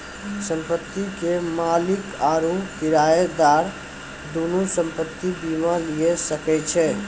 संपत्ति के मालिक आरु किरायादार दुनू संपत्ति बीमा लिये सकै छै